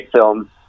film